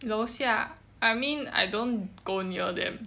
楼下 I mean I don't go near them